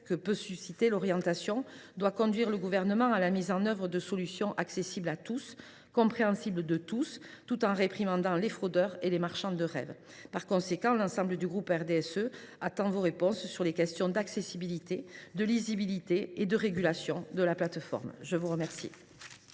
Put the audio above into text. que peut susciter l’orientation, doivent conduire le Gouvernement à mettre en œuvre des solutions accessibles à tous et compréhensibles par tous, tout en réprimant les fraudeurs et les marchands de rêves. Par conséquent, l’ensemble du groupe RDSE attend vos réponses sur les questions d’accessibilité, de lisibilité et de régulation de la plateforme. La parole